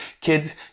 Kids